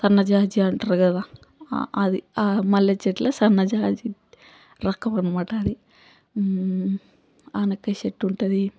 సన్నజాజి అంటారు కదా అ అది అ మల్లెచెట్టులా సన్నజాజి రకం అనమాట అది ఆనపకాయ చెట్టు ఉంటుంది